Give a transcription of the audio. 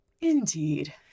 Indeed